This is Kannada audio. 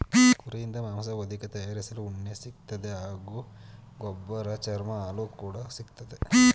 ಕುರಿಯಿಂದ ಮಾಂಸ ಹೊದಿಕೆ ತಯಾರಿಸಲು ಉಣ್ಣೆ ಸಿಗ್ತದೆ ಹಾಗೂ ಗೊಬ್ಬರ ಚರ್ಮ ಹಾಲು ಕೂಡ ಸಿಕ್ತದೆ